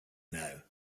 know